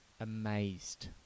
amazed